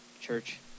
church